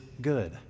good